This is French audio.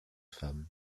femmes